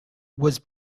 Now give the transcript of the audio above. was